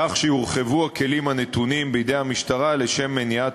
כך שיורחבו הכלים הנתונים בידי המשטרה לשם מניעת